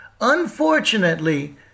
Unfortunately